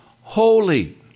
holy